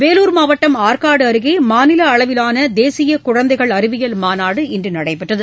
வேலூர் மாவட்டம் ஆற்காடு அருகே மாநில அளவிலான தேசிய குழந்தைகள் அறிவியல் மாநாடு இன்று நடைபெற்றது